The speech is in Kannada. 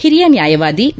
ಹಿರಿಯ ನ್ಯಾಯವಾದಿ ವಿ